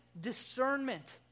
discernment